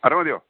അത് മതിയോ